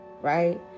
right